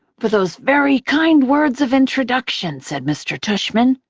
for those very kind words of introduction, said mr. tushman,